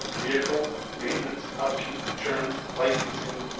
vehicle maintenance, upkeep, insurance, licensing,